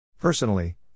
Personally